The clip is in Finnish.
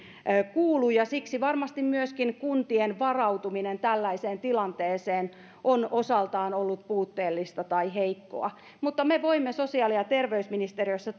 kuulu ja siksi varmasti myöskin kuntien varautuminen tällaiseen tilanteeseen on osaltaan ollut puutteellista tai heikkoa mutta me voimme sosiaali ja terveysministeriössä